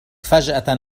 فجأة